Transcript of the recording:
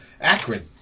Akron